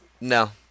no